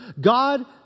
God